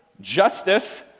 Justice